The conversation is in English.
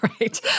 Right